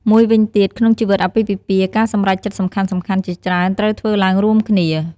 មួយវិញទៀត ក្នុងជីវិតអាពាហ៍ពិពាហ៍ ការសម្រេចចិត្តសំខាន់ៗជាច្រើនត្រូវធ្វើឡើងរួមគ្នា។